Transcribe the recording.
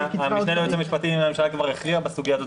המשנה ליועץ המשפטי לממשלה כבר הכריע בסוגיה הזאת,